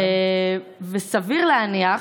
וסביר להניח,